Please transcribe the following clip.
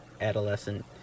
adolescent